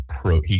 pro